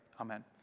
Amen